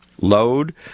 load